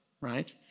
right